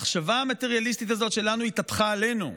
המחשבה המטריאליסטית הזאת שלנו התהפכה עלינו.